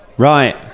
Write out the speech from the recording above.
Right